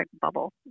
bubble